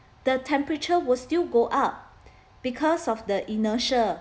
the temperature will still go up because of the inertia